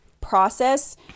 process